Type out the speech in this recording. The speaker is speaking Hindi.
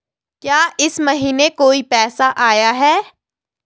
क्या इस महीने कोई पैसा आया है?